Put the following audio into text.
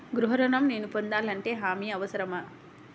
గృహ ఋణం నేను పొందాలంటే హామీ అవసరమా?